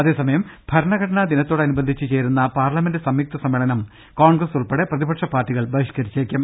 അതേസമയം ഭരണഘടനാ ദിനത്തോടനുബന്ധിച്ച് ചേരുന്ന പാർല മെന്റ് സംയുക്ത സമ്മേളനം കോൺഗ്രസ് ഉൾപ്പെടെ പ്രതിപക്ഷ പാർട്ടി കൾ ബഹിഷ്ക്കരിച്ചേക്കും